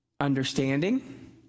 understanding